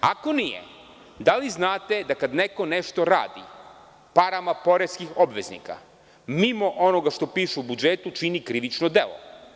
Ako nije, da li znate da kada neko nešto radi parama poreskih obveznika mimo onoga što piše u budžetu, čini krivično delo?